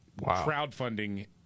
crowdfunding